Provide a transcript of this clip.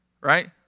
right